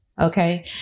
okay